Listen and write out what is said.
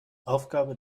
aufgabe